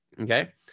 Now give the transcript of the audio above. okay